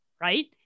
right